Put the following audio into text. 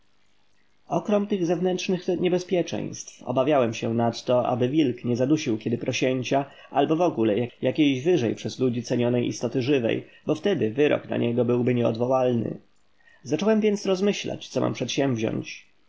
okrom tych zewnętrznych niebezpieczeństw obawiałem się nadto aby wilk nie zadusił kiedy prosięcia albo wogóle jakiejś wyżej przez ludzi cenionej istoty żywej bo wtedy wyrok na niego był nieodwołalny zacząłem więc rozmyślać co mam przedsięwziąć